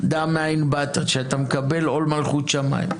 דע מאין באת, כשאתה מקבל עול מלכות שמיים.